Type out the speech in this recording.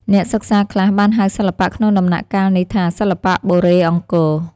អ្នកសិក្សាខ្លះបានហៅសិល្បៈក្នុងដំណាក់កាលនេះថា សិល្បៈបុរេអង្គរ។